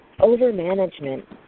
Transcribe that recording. over-management